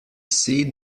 see